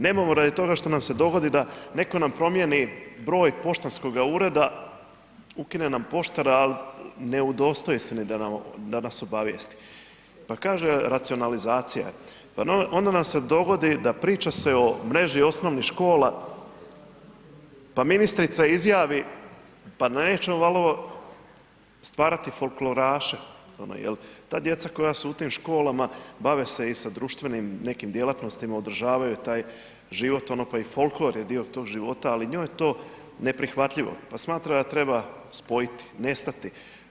Nemamo radi toga što nam se dogodi da netko nam promijeni broj poštanskoga ureda, ukine nam poštara, ali ne udostoje se ni da nas obavijesti, pa kaže racionalizacija je, pa onda nam se dogodi da priča se o mreži osnovnih škola, pa ministrica izjavi, pa nećemo valjda stvarati folkloraše, jel, ta djeca koja su u tim školama bave se i sa društvenim nekim djelatnostima, održavaju taj život, pa i folklor je dio tog života ali njoj je to neprihvatljivo pa smatra da treba spojiti, nestati.